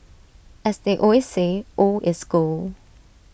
as they always say old is gold